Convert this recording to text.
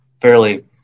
fairly